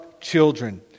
children